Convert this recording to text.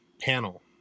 panel